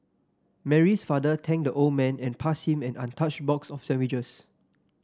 Mary's father thanked the old man and passed him an untouched box of sandwiches